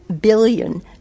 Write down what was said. billion